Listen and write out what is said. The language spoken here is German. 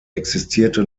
existierte